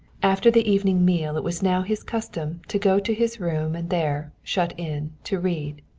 after the evening meal it was now his custom to go to his room and there, shut in, to read.